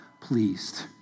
pleased